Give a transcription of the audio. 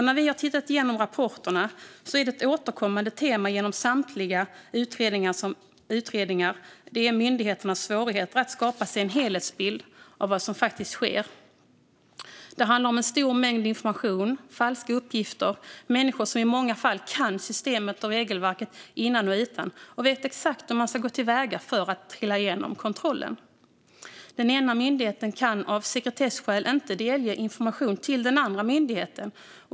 När vi har gått igenom rapporterna har vi sett att ett återkommande tema i samtliga utredningar har varit myndigheternas svårigheter att skapa sig en helhetsbild av vad som faktiskt sker. Det handlar om en stor mängd information, falska uppgifter och människor som i många fall kan systemet och regelverket innan och utan och som exakt vet hur man ska gå till väga för att trilla igenom kontrollen. Den ena myndigheten kan av sekretesskäl inte delge information till den andra myndigheten.